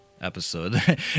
episode